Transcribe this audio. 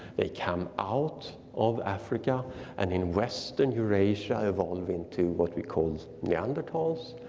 they come out of africa and in western eurasia evolved into what we called neanderthals.